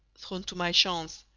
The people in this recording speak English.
thrown to my chance,